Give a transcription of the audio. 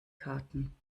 karten